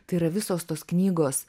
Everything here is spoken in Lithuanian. tai yra visos tos knygos